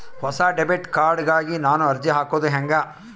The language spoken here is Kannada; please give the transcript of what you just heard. ಹೊಸ ಡೆಬಿಟ್ ಕಾರ್ಡ್ ಗಾಗಿ ನಾನು ಅರ್ಜಿ ಹಾಕೊದು ಹೆಂಗ?